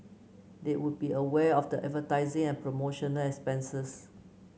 they would be aware of the advertising and promotional expenses